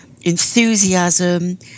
enthusiasm